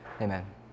Amen